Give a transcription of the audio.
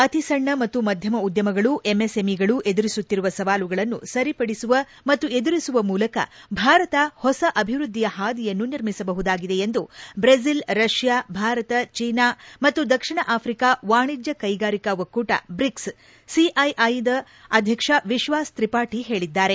ಅತಿಸಣ್ಣ ಮತ್ತು ಮಧ್ಣಮ ಉದ್ಭಮಗಳು ಎಂಎಸ್ಎಂಇಗಳು ಎದುರಿಸುತ್ತಿರುವ ಸವಾಲುಗಳನ್ನು ಸರಿಪಡಿಸುವ ಮತ್ತು ಎದುರಿಸುವ ಮೂಲಕ ಭಾರತ ಹೊಸ ಅಭಿವೃದ್ಧಿಯ ಹಾದಿಯನ್ನು ನಿರ್ಮಿಸಬಹುದಾಗಿದೆ ಎಂದು ಬ್ರೆಜಿಲ್ ರಷ್ಟಾ ಭಾರತ ಚೀನಾ ಮತ್ತು ದಕ್ಷಿಣ ಆಫ್ರಿಕಾ ವಾಣಿಜ್ಞ ಕೈಗಾರಿಕಾ ಒಕ್ಕೂಟ ಬ್ರಿಕ್ಸ್ ಸಿಸಿಐದ ಅಧ್ಯಕ್ಷ ವಿಶ್ವಾಸ್ ತ್ರಿಪಾಠಿ ಹೇಳಿದ್ದಾರೆ